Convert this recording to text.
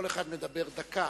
כל אחד מדבר דקה,